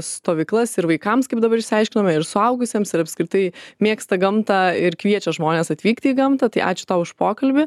stovyklas ir vaikams kaip dabar išsiaiškinome ir suaugusiems ir apskritai mėgsta gamtą ir kviečia žmones atvykti į gamtą tai ačiū tau už pokalbį